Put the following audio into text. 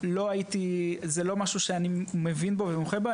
לא משהו שאני מבין בו ומומחה בו,